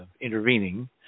intervening